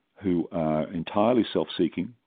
who are entirely self-seeking,